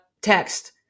Text